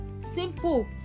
Simple